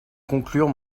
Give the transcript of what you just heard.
conclure